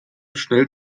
schnell